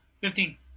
Fifteen